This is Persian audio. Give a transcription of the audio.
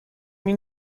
این